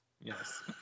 Yes